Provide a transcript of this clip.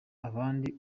abandi